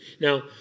Now